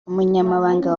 umunyamabanga